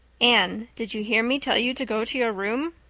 anne, did you hear me tell you to go to your room?